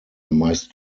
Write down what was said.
meist